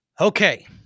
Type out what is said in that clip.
Okay